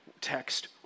text